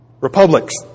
republics